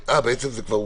בעצם זה כבר אושר.